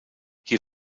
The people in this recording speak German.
hier